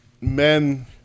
men